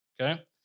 Okay